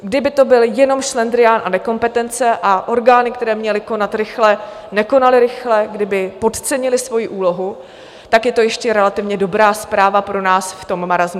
Kdyby to byl jenom šlendrián a nekompetence a orgány, které měly konat rychle, nekonaly rychle, kdyby podcenily svoji úlohu, tak je to ještě relativně dobrá zpráva pro nás v tom marasmu.